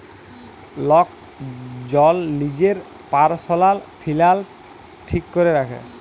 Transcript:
lock জল লিজের পারসলাল ফিলালস ঠিক ক্যরে রাখে